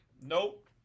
Nope